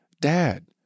Dad